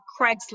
Craigslist